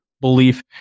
belief